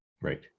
Right